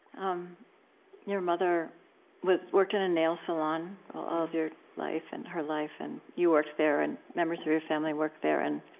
um your mother worked in a nail salon all of your life and her life, and you worked there, and members of your family worked there. and